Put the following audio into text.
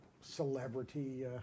celebrity